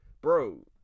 bro